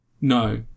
No